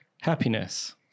Happiness